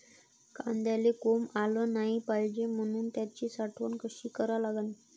कांद्याले कोंब आलं नाई पायजे म्हनून त्याची साठवन कशी करा लागन?